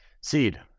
Seed